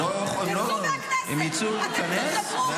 נא להוציא החוצה את חבר הכנסת כסיף.